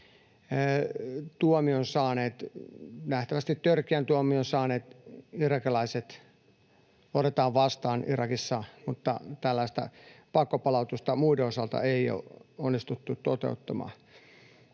nähtävästi törkeän tuomion saaneet, irakilaiset otetaan vastaan Irakissa, mutta tällaista pakkopalautusta muiden osalta ei ole onnistuttu toteuttamaan.